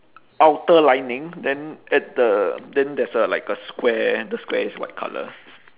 outer lining then at the then there's a like a square the square is white colour